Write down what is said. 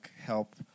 help